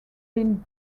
been